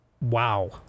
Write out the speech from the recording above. Wow